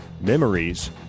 memories